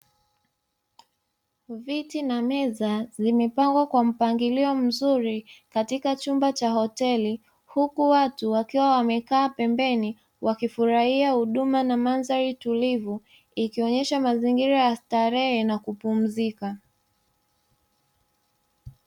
Viti na meza zimepangwa kwa mpangilio mzuri katika chumba cha hoteli, huku watu wakiwa wamekaa pembeni wakifurahia huduma na mandhari tulivu ikionyesha mazingira ya starehe na kupumzika.